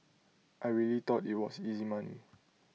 I really thought IT was easy money